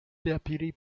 deputy